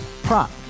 prop